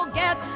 get